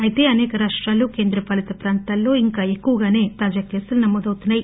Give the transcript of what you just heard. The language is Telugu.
అయితే అసేక రాప్రాలు కేంద్రపాలిత ప్రాంతాల్లో ఇంకా ఎక్కువగాసే తాజా కేసులు నమోదవుతున్నాయి